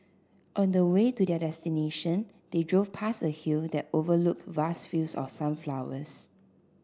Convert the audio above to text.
on the way to their destination they drove past a hill that overlooked vast fields of sunflowers